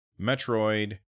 Metroid